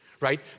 right